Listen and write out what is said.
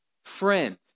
Friend